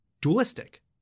dualistic